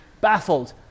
baffled